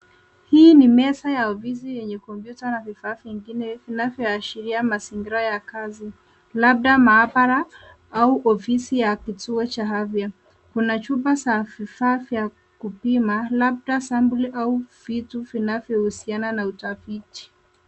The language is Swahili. Hii ni meza ya ofisi yenye kompyuta na vifaa vingine vinavyoashiria mazingira ya kazi, labda maabara au ofisi ya kituo cha afya. Kuna chumba za vifaa vya kupima labda sampuli au vitu vinavyohusiana na utafiti.